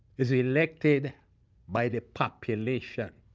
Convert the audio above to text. is elected by the population.